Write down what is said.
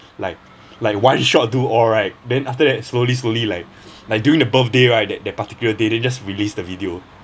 like like one shot do all right then after that slowly slowly like like during the birthday right that that particular day then just release the video